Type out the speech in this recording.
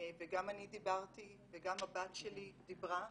וגם אני דיברתי וגם הבת שלי דיברה ונחשפה,